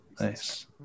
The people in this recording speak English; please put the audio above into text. nice